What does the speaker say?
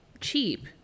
cheap